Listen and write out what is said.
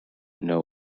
know